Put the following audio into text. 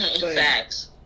Facts